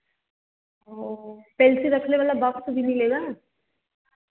pencil रखने वाला box भी मिलेगा